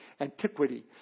antiquity